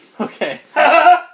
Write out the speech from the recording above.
Okay